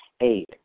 Eight